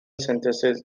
synthesis